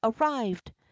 arrived